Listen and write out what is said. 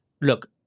look